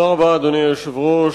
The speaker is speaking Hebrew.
אדוני היושב-ראש,